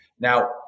Now